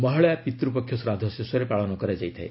ମହାଳୟା ପିତ୍ରପକ୍ଷ ଶ୍ରାଦ୍ଧ ଶେଷରେ ପାଳନ କରାଯାଇଥାଏ